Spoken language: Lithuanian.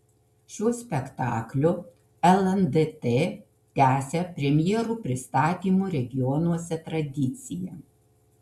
šiuo spektakliu lndt tęsia premjerų pristatymo regionuose tradiciją